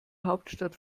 hauptstadt